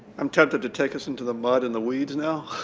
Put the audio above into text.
i'm tempted to take us into the mud and the weeds, now.